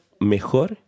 mejor